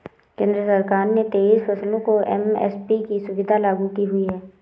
केंद्र सरकार ने तेईस फसलों पर एम.एस.पी की सुविधा लागू की हुई है